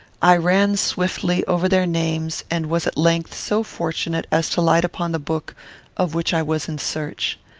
i ran swiftly over their names, and was at length so fortunate as to light upon the book of which i was in search.